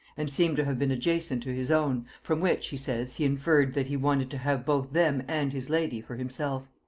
and seem to have been adjacent to his own, from which, he says, he inferred, that he wanted to have both them and his lady for himself.